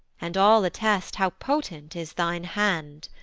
and all attest how potent is thine hand.